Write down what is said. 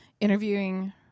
interviewing